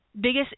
biggest